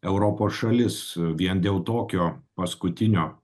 europos šalis vien dėl tokio paskutinio